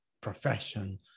profession